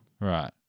Right